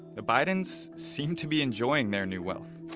the bidens seem to be enjoying their new wealth.